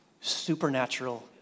supernatural